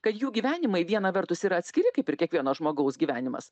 kad jų gyvenimai viena vertus yra atskiri kaip ir kiekvieno žmogaus gyvenimas